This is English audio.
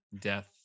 death